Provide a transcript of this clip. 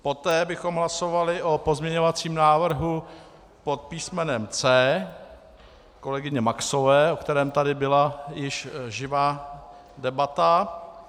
Poté bychom hlasovali o pozměňovacím návrhu pod písmenem C kolegyně Maxové, o kterém tady již byla živá debata.